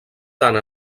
tant